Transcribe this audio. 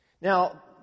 Now